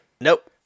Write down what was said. Nope